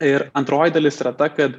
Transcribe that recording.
ir antroji dalis yra ta kad